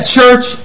church